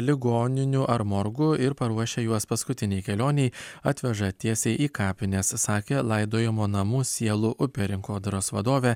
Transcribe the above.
ligoninių ar morgų ir paruošia juos paskutinei kelionei atveža tiesiai į kapines sakė laidojimo namų sielų upė rinkodaros vadovė